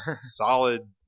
Solid